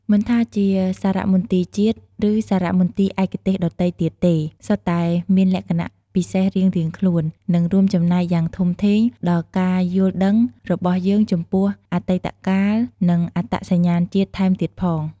មិនថាជាសារមន្ទីរជាតិ ឬសារមន្ទីរឯកទេសដទៃទៀតទេ សុទ្ធតែមានលក្ខណៈពិសេសរៀងៗខ្លួន និងរួមចំណែកយ៉ាងធំធេងដល់ការយល់ដឹងរបស់យើងចំពោះអតីតកាល និងអត្តសញ្ញាណជាតិថែមទៀតផង។